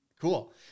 Cool